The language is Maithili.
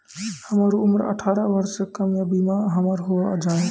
हमर उम्र अठारह वर्ष से कम या बीमा हमर हो जायत?